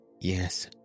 Yes